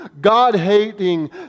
God-hating